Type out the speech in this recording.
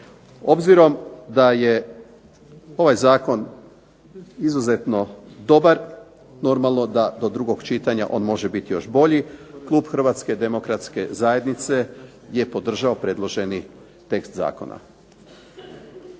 Obzirom da je ovaj zakon izuzetno dobar, normalno da do drugog čitanja on može biti još bolji. Klub Hrvatske demokratske zajednice je podržao predloženi tekst zakona.